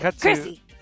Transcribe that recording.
Chrissy